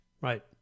Right